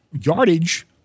yardage